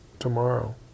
tomorrow